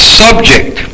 subject